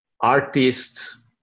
artists